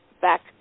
back